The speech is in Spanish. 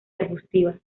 arbustivas